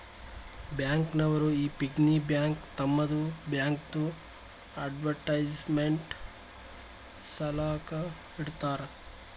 bank ನವರು ಈ piggy bank ತಮ್ಮದು ಬ್ಯಾಂಕ್ದು ಅಡ್ವರ್ಟೈಸ್ಮೆಂಟ್ ಸಲಾಕ ಇಡ್ತಾರ